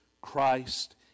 Christ